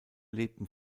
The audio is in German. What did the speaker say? lebten